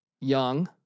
Young